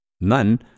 None